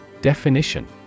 Definition